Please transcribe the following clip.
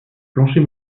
plancher